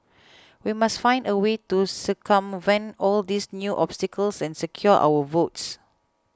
we must find a way to circumvent all these new obstacles and secure our votes